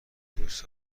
دوست